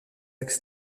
axes